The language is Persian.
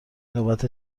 نوبت